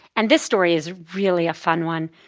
and this story is really a fun one.